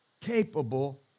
capable